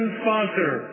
sponsor